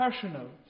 personal